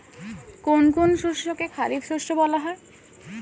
কোন কোন শস্যকে খারিফ শস্য বলা হয়?